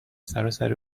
سراسر